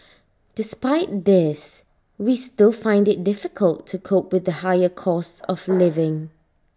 despite this we still find IT difficult to cope with the higher cost of living